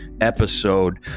episode